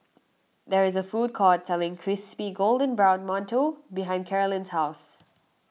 there is a food court selling Crispy Golden Brown Mantou behind Karolyn's house